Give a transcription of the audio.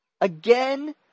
Again